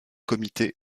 comité